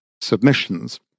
submissions